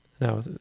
Now